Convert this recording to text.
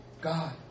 God